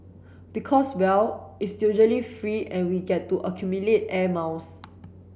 because well it's usually free and we get to accumulate air miles